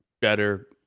better